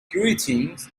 greetings